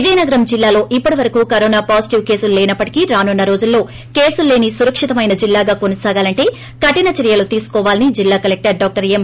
విజయనగరం జిల్లాలో ఇప్పటి వరకు కరోనా పాజిటివ్ కేసులు లేనప్పటికీ రానున్న రోజుల్లో కేసులు లేని సురక్షితమైన జిల్లాగా కొనసాగాలంటే కఠిన చర్యలు తీసుకోవాలని జిల్లా కలెక్టర్ డాక్టర్ ఎం